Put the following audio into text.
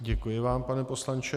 Děkuji vám, pane poslanče.